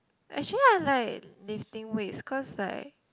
actually I like lifting weights cause like